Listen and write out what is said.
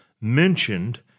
mentioned